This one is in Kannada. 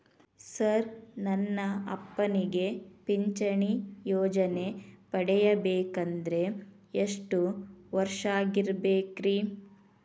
ಸರ್ ನನ್ನ ಅಪ್ಪನಿಗೆ ಪಿಂಚಿಣಿ ಯೋಜನೆ ಪಡೆಯಬೇಕಂದ್ರೆ ಎಷ್ಟು ವರ್ಷಾಗಿರಬೇಕ್ರಿ?